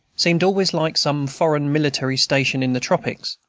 seemed always like some foreign military station in the tropics.